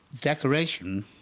decoration